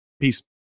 peace